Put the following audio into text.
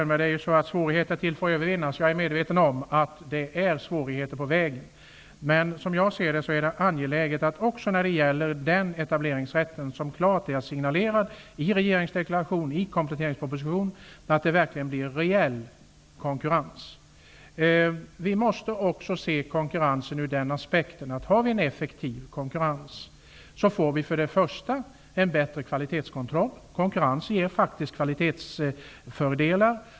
Svårigheter, statsrådet Könberg, är till för att övervinnas. Jag är medveten om att det finns svårigheter. Men som jag ser det är det angeläget att också när det gäller den etableringsrätt som det har gått ut signaler om i regeringsdeklarationen och kompletteringspropositionen verkligen leder till reell konkurrens. Konkurrens ger faktiskt kvalitetsfördelar.